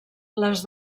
les